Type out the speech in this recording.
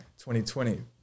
2020